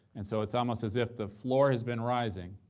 and so it's almost as if the floor has been rising,